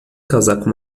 casaco